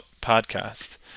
podcast